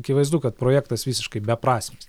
akivaizdu kad projektas visiškai beprasmis